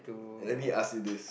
let me ask you this